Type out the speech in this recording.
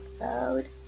episode